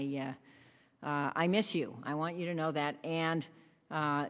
and i miss you i want you to know that and